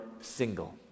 single